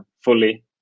fully